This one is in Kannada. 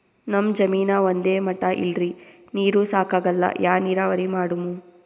ನಮ್ ಜಮೀನ ಒಂದೇ ಮಟಾ ಇಲ್ರಿ, ನೀರೂ ಸಾಕಾಗಲ್ಲ, ಯಾ ನೀರಾವರಿ ಮಾಡಮು?